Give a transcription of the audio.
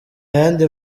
yandi